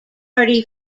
party